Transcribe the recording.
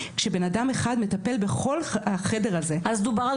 כשבנאדם אחד מטפל בכל החדר הזה --- אז דובר על